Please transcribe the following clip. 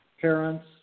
parents